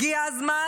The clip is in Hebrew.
הגיע הזמן,